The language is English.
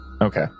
Okay